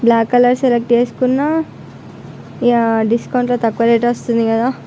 black colour select చేసుకున్నాను ఇక డిస్కౌంట్లో తక్కువ రేట్ వస్తుంది కదా